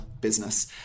business